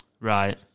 Right